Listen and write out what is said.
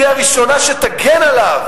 תהיה הראשונה שתגן עליו.